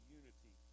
unity